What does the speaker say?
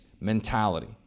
mentality